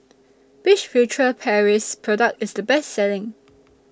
Which Furtere Paris Product IS The Best Selling